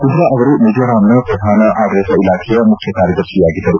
ಕುಂದ್ರಾ ಅವರು ಮಿಜೋರಾಂನ ಪ್ರಧಾನ ಆಡಳಿತ ಇಲಾಖೆಯ ಮುಖ್ಯಕಾರ್ಯದರ್ಶಿಯಾಗಿದ್ದರು